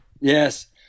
Yes